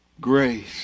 Grace